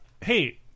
hey